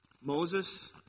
Moses